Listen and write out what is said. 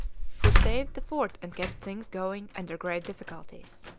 who saved the fort and kept things going under great difficulties.